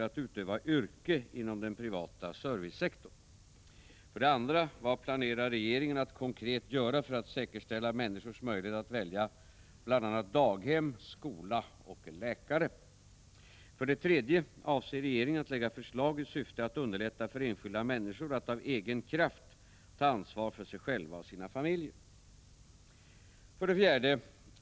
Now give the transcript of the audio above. Avser regeringen att lägga fram förslag i syfte att underlätta för enskilda människor att av egen kraft ta ansvar för sig själva och sina familjer? 4.